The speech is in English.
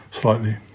slightly